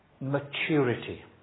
maturity